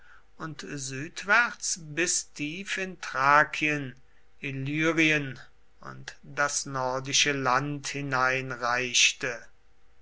und südwärts bis tief in thrakien illyrien und das nordische land hinein reichte